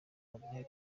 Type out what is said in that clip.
umwe